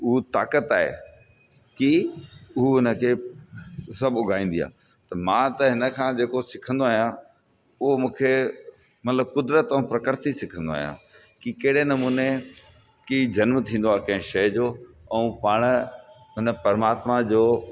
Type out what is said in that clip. हू ताक़त आहे की हू उन खे सभु उॻाईंदी आहे मां त हिन खां जेको सिखंदो आहियां उहो मूंखे मतिलबु क़ुदिरत ऐं प्रकृति सिखंदो आहियां की कहिड़े नमूने की जनम थींदो आहे कंहिं शइ जो ऐं पाण हुन परमात्मा जो